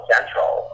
Central